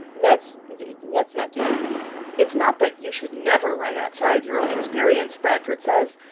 and that's let's not do that it's not that you should never write outside your own experience, bradford says.